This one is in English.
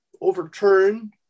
overturn